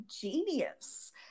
genius